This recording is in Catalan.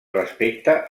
respecte